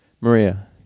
Maria